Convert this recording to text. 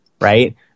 right